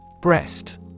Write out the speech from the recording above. Breast